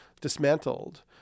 dismantled